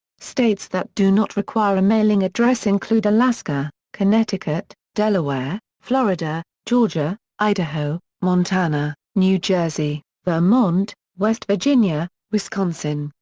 states that do not require a mailing address include alaska, connecticut, delaware, florida, georgia, idaho, montana, new jersey, vermont, west virginia, wisconsin,